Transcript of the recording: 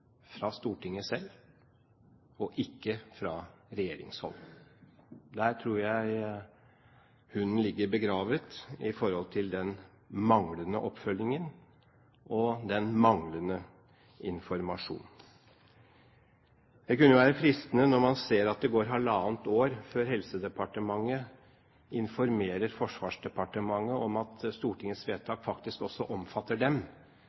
fra Stortinget selv, og ikke fra regjeringshold. Der tror jeg hunden ligger begravet i forhold til den manglende oppfølgingen og den manglende informasjonen. Det kunne være fristende, når man ser at det går halvannet år før Helse- og omsorgsdepartementet informerer Forsvarsdepartementet om at Stortingets vedtak faktisk også omfatter dem,